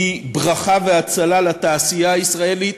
היא ברכה והצלה לתעשייה הישראלית.